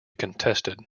contested